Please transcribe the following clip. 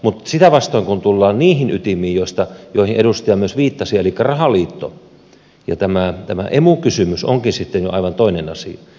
mutta sitä vastoin kun tullaan niihin ytimiin joihin edustaja myös viittasi eli rahaliitto ja tämä emu kysymys se onkin sitten jo aivan toinen asia